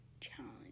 challenge